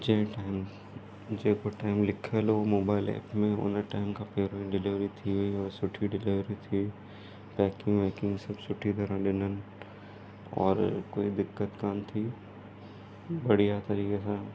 जंहिं टाइम जेको टाइम लिखियलु हुओ मोबाइल ऐप में उन टाइम खां पहिरों ई डिलीवरी थी वई उहा सुठी डिलीवरी थी पैकिंग वैकिंग सभु सुठी तरह ॾिननि और कोई दिक़त कोन थी बढ़िया तरीक़े सां